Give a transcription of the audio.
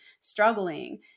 struggling